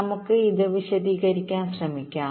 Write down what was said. നമുക്ക് ഇത് വിശദീകരിക്കാൻ ശ്രമിക്കാം